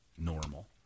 normal